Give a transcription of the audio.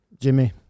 Jimmy